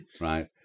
Right